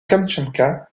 kamtchatka